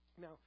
Now